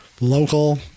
local